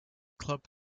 club